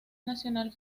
nacional